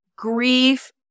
grief